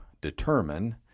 determine